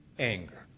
anger